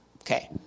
Okay